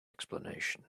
explanation